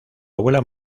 abuela